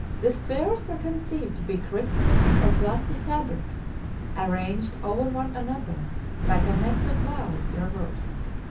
the spheres were conceived to be crystalline or glassy fabrics arranged over one another like a nest of bowls reversed.